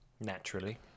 naturally